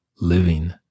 living